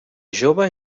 jove